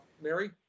Mary